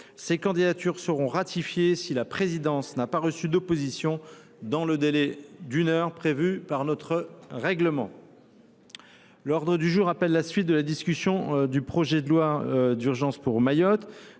Ces candidatures seront ratifiées si la présidence n’a pas reçu d’opposition dans le délai d’une heure prévu par notre règlement. L’ordre du jour appelle la suite de la discussion du projet de loi, adopté